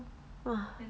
!wah!